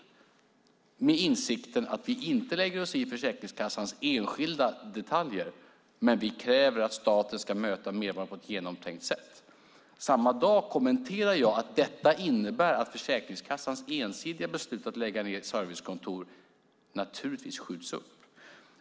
Det gjorde vi med insikten att vi inte skulle lägga oss i Försäkringskassans enskilda detaljer, men vi krävde att staten skulle möta medborgarna på ett genomtänkt sätt. Samma dag kommenterade jag att detta innebar att Försäkringskassans ensidiga beslut att lägga ned servicekontor naturligtvis skulle skjutas upp.